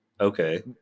Okay